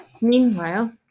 Meanwhile